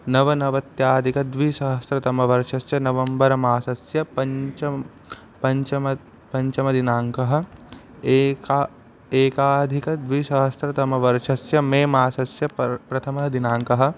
नवनवत्यधिकद्विसहस्रतमवर्षस्य नवम्बर्मासस्य पञ्चमः पञ्चमः पञ्चमदिनाङ्कः एकं एकाधिकद्विसहस्रतमवर्षस्य मेमासस्य पर् प्रथमः दिनाङ्कः